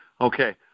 Okay